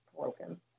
broken